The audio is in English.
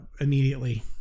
immediately